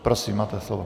Prosím, máte slovo.